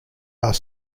are